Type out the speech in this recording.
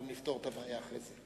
אנחנו נפתור את הבעיה אחרי זה,